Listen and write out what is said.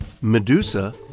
Medusa